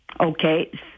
Okay